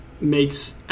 makes